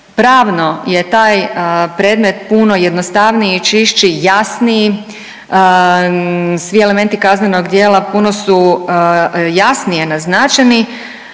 Pravno je taj predmet puno jednostavniji i čišći, jasniji, svi elementi kaznenog djela puno su jasnije naznačeni,